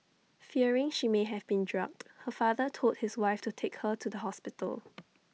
fearing she may have been drugged her father told his wife to take her to the hospital